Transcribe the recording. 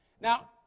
Now